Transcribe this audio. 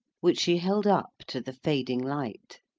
which she held up to the fading light.